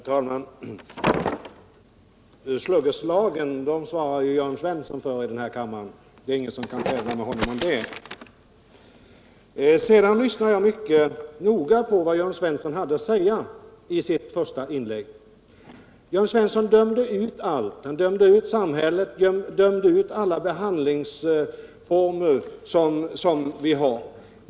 Herr talman! Sluggerslagen svarar Jörn Svensson för i den här kammaren. Det finns ingen som kan tävla med honom om det. Jag lyssnade mycket noga till vad Jörn Svensson hade att säga i sitt första inslag. Jörn Svensson dömde ut allt, han dömde ut samhället, han dömde ut alla behandlingsformer som vi har.